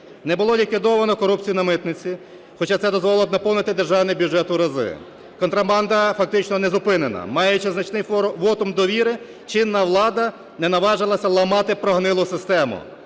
Не було ліквідовано корупцію на митниці, хоча це дозволило б наповнити державний бюджет у рази, контрабанда фактично не зупинена. Маючи значний вотум довіри, чинна влада не наважилась ламати прогнилу систему.